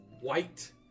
white